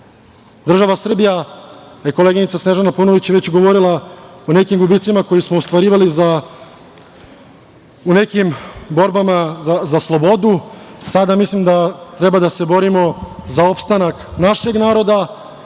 ljudi. Država Srbija, koleginica Snežana Paunović je već govorila o nekim gubicima koje smo ostvarivali u nekim borbama za slobodu, sada mislim da treba da se borimo za opstanak našeg naroda